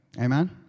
Amen